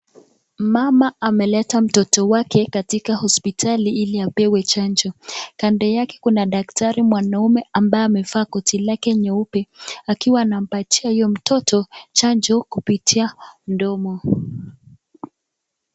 Mama ameleta mtoto wake katika hospitali ili apewe chanjo. Kando yake kuna daktari mwanaume ambaye amevaa koti lake nyeupe akiwa anampatia huyo mtoto chajo kupitia mdomo.